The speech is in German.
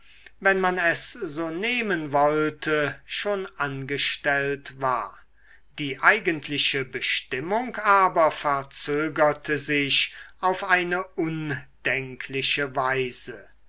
wenn man es so nehmen wollte schon angestellt war die eigentliche bestimmung aber verzögerte sich auf eine undenkliche weise